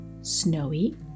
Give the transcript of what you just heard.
Snowy